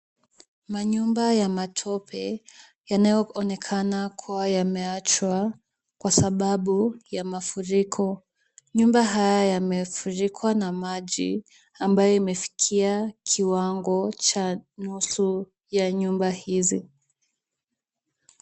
Manyumba ya matope yanayoonekana kuwa yameachwa kwa sababu ya mafuriko. Nyumba haya yamefurikwa na maji ambayo imefikia kiwango cha nusu ya nyumba hizi.